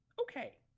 Okay